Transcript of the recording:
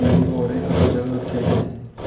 फ्ही होर इक दो जगह् उत्थें अग्गें